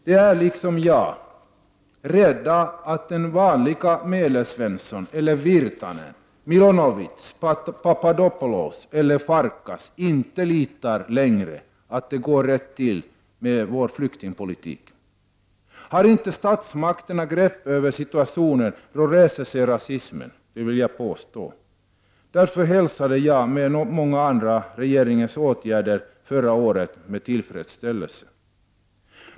De är — liksom jag — rädda för att den vanlige Medelsvensson, eller Virtanen, Milonovic, Papadopoulos eller Farkas inte längre litar på att det går rätt till med vår flyktingpolitik. Om inte statsmakterna har grepp över situationen, så påstår jag att rasismen reser sig. Därför hälsade jag tillsammans med många andra regeringens åtgärder förra året med tillfredsställelse.